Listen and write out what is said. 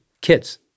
kids